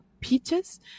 peaches